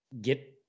get